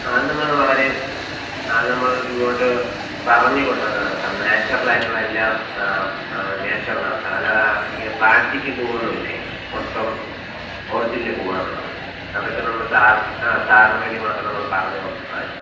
ആ അത് നമ്മൾ വളരെ അത് നമ്മൾ ഇങ്ങോട്ട് പറഞ്ഞ് കൊണ്ടുവന്നതാണ് സാർ നാച്ചുറൽ ആയിട്ടുള്ള എല്ലാം നാച്ചുറൽ ആണ് സാർ അല്ലാതെ ഇങ്ങനെ പ്ലാസ്റ്റിക് പൂവൊന്നും ഇല്ല അതിൽ മൊത്തം ഒറിജിനൽ പൂവാണ് ഉള്ളത് അതൊക്കെ നമ്മൾ സാർ ആ സാറിന് വേണ്ടി മാത്രം നമ്മൾ പറഞ്ഞ് വാങ്ങിച്ചതാണ്